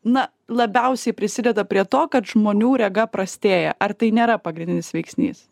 na labiausiai prisideda prie to kad žmonių rega prastėja ar tai nėra pagrindinis veiksnys